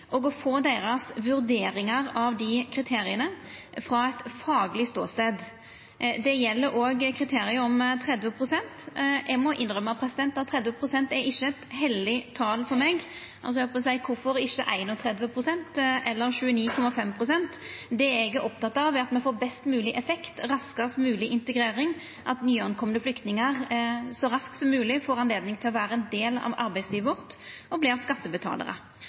og om å få deira vurderingar av dei kriteria frå ein fagleg ståstad. Det gjeld også kriteriet om 30 pst. Eg må innrømma at 30 pst. er ikkje eit heilag tal for meg – kvifor ikkje 31 pst. eller 29,5 pst.? Det eg er oppteken av, er at me får best mogleg effekt, raskast mogleg integrering, at nykomne flyktningar så raskt som mogleg får høve til å vera ein del av arbeidslivet vårt og verta skattebetalarar.